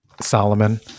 Solomon